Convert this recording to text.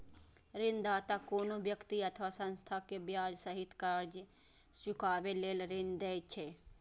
ऋणदाता कोनो व्यक्ति अथवा संस्था कें ब्याज सहित कर्ज चुकाबै लेल ऋण दै छै